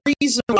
reason